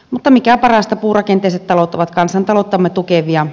mutta mikä parasta puurakenteiset talot ovat kansantalouttamme tukevia